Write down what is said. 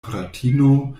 fratino